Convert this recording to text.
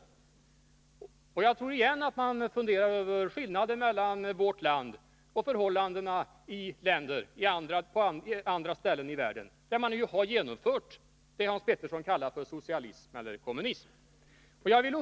Jag tror också att de funderar över skillnaderna mellan förhållandena i vårt land och förhållandena på andra ställen i världen där det som Hans Petersson kallar för socialism eller kommunism har genomförts.